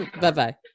Bye-bye